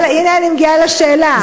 הנה אני מגיעה לשאלה.